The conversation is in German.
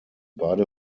beide